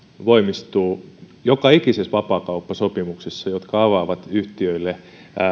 voimistuu joka ikisessä vapaakauppasopimuksessa joka avaa yhtiöille